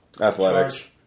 Athletics